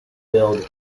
build